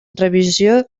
revisió